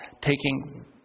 taking